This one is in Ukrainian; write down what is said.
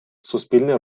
суспільний